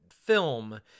film